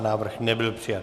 Návrh nebyl přijat.